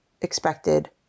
expected